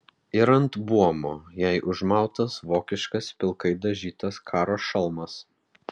ir ant buomo jai užmautas vokiškas pilkai dažytas karo šalmas